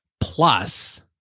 plus